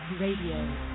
Radio